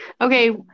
Okay